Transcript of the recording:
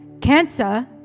cancer